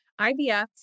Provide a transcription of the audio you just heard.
IVF